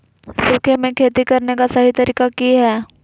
सूखे में खेती करने का सही तरीका की हैय?